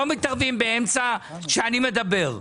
לא מתערבים באמצע כשאני מדבר,